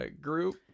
group